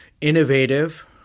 innovative